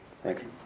Thanks